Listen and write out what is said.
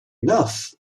enough